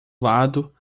lado